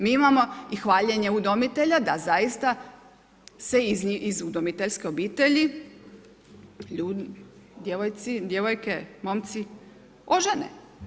Mi imamo i hvaljenje udomitelja da zaista se iz udomiteljske obitelji djevojke, momci ožene.